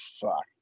fuck